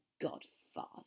godfather